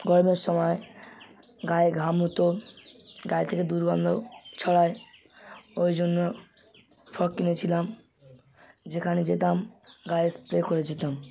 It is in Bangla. গরমের সময় গায়ে ঘাম হতো গায়ে থেকে দুর্গন্ধ ছড়ায় ওই জন্য ফগ কিনেছিলাম যেখানে যেতাম গায়ে স্প্রে করে যেতাম